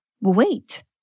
wait